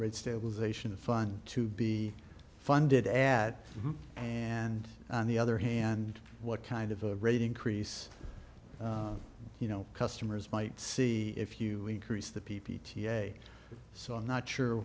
read stabilization fund to be funded at and on the other hand what kind of a rate increase you know customers might see if you increase the p p t a so i'm not sure